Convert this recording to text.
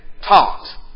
taught